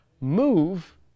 move